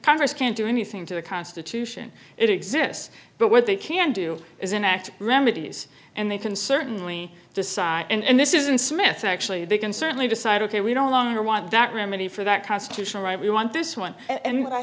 congress can't do anything to the constitution it exists but what they can do is an act remedies and they can certainly decide and this isn't smith actually they can certainly decide ok we don't longer want that remedy for that constitutional right we want this one and